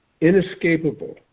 inescapable